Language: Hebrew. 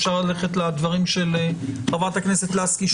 אפשר ללכת לדברים של חברת הכנסת לסקי,